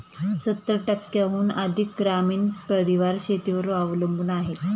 सत्तर टक्क्यांहून अधिक ग्रामीण परिवार शेतीवर अवलंबून आहेत